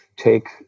take